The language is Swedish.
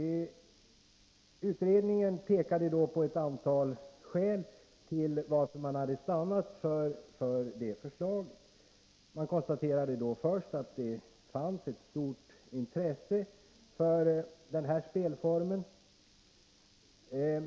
Utredningen pekade på ett antal skäl till att man hade stannat för det förslaget. Man konstaterade först att det fanns ett stort intresse för den här spelformen.